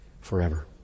forever